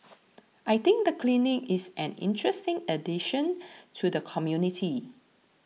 I think the clinic is an interesting addition to the community